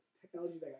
technology